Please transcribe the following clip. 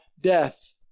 death